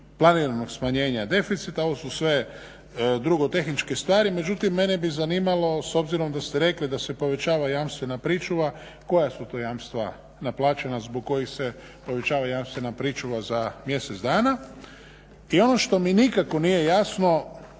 planiranog smanjenja deficita. Ovo su sve drugo tehničke stvari, međutim mene bi zanimalo s obzirom da ste rekli da se povećava jamstvena pričuva koja su to jamstva naplaćena zbog kojih se povećava jamstvena pričuva za mjesec dana. I ono što mi nikako nije jasno